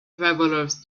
travelers